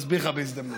אסביר לך בהזדמנות